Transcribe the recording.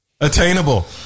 Attainable